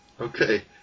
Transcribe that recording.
Okay